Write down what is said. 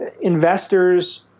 investors